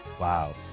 Wow